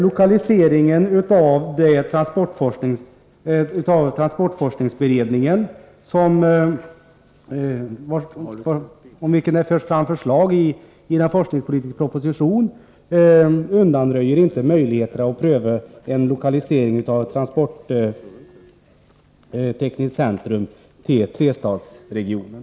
Lokaliseringen av transportforskningsberedningen, om vilken det förs fram förslag i den forskningspolitiska propositionen, undanröjer inte möjligheterna att pröva en lokalisering av ett transporttekniskt centrum till den s.k. trestadsregionen.